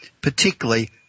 particularly